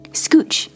scooch